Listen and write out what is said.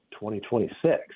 2026